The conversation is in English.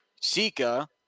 Sika